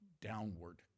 downward